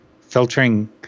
Filtering